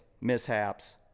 mishaps